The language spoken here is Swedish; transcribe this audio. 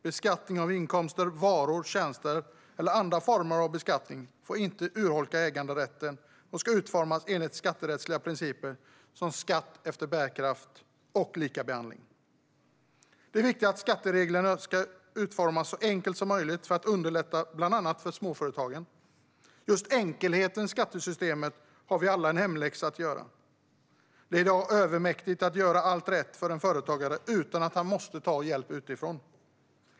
Beskattning av inkomster, varor, tjänster eller andra former av beskattning får inte urholka äganderätten och ska utformas enligt skatterättsliga principer som skatt efter bärkraft och likabehandling. Det är viktigt att skattereglerna utformas så enkelt som möjligt för att underlätta bland annat för småföretagen. Just när det gäller enkelheten i skattesystemet har vi alla en hemläxa att göra. Det är i dag övermäktigt för en företagare att göra allt rätt utan att ta hjälp utifrån.